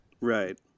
Right